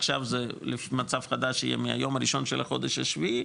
עכשיו זה מצב חדש שיהיה מהיום הראשון של החודש השביעי.